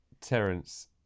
Terence